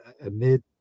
amid